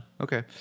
Okay